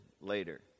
later